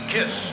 Kiss